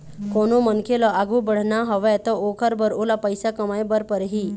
कोनो मनखे ल आघु बढ़ना हवय त ओखर बर ओला पइसा कमाए बर परही